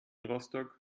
rostock